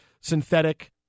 synthetic